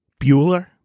Bueller